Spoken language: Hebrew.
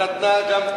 ונתנה גם,